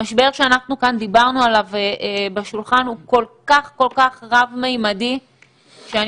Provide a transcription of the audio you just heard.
המשבר שדיברנו עליו הוא רב-מימדי ואני